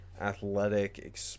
Athletic